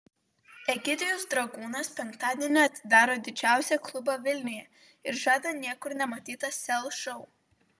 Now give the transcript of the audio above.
egidijus dragūnas penktadienį atidaro didžiausią klubą vilniuje ir žada niekur nematytą sel šou